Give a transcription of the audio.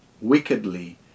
wickedly